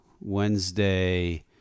Wednesday